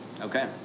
Okay